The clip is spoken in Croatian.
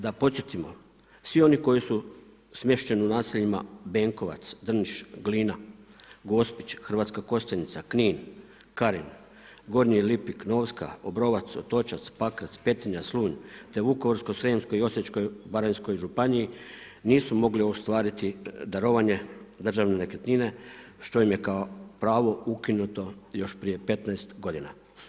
Da podsjetimo, svi oni su su smješteni u naseljima Benkovac, Drniš, Glina, Gospić, Hrvatska Kostajnica, Knin, Karin, Gornji Lipik, Novska, Obrovac, Otočac, Pakrac, Petrinja, Slunj te u Vukovarsko-srijemskoj i Osječko-baranjskoj županiji nisu mogli ostvariti darovanje državne nekretnine što im je kao pravo ukinuto još prije 15 godina.